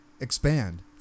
Expand